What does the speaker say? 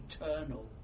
eternal